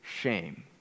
shame